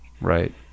right